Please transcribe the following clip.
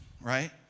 right